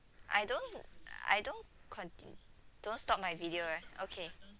I don't I don't conti~ don't stop my video eh okay